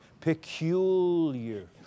peculiar